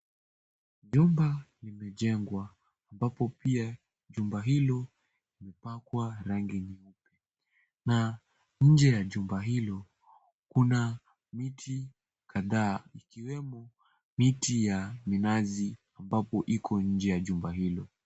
Jumba limejengwa ambapo pia jumba hilo limepakwa rangi nyeupe na nje ya jumba ya hilo kuna miti kadhaa ikiwemo miti ya minazi ambapo iko nje ya jumba hilo.